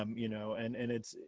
um you know, and and it's,